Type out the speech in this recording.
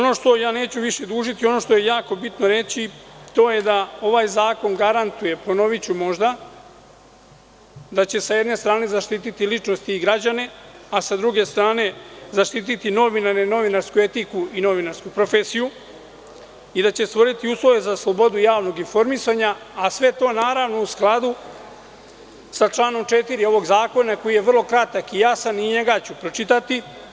Neću više dužiti, ono što je jako bitno reći to je da ovaj zakon garantuje, ponoviću možda, da će sa jedne strane zaštiti ličnosti i građane, a sa druge strane zaštititi novinare i novinarsku etiku i novinarsku profesiju i da će stvoriti uslove za slobodu javnog informisanja, a sve to naravno u skladu sa članom 4. ovog zakona koji je vrlo kratak i jasan i njega ću pročitati.